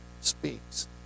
speaks